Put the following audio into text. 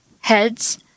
heads